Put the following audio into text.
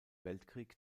weltkrieg